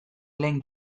lehen